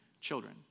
children